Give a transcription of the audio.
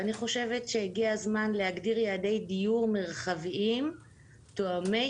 הגיע הזמן להגדיר יעדי דיור מרחביים תואמי